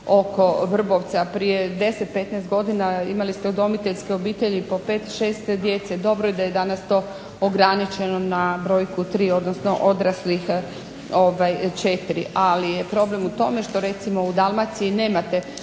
oko Vrbovca. Prije 10, 15 godina imali ste udomiteljske obitelji po pet, šest djece. Dobro je da je danas to ograničeno na brojku tri, odnosno odraslih četiri. Ali je problem u tome što recimo u Dalmaciji nemate